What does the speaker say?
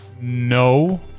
No